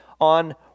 on